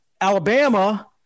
Alabama